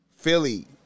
Philly